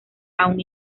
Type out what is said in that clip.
aún